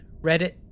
reddit